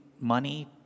money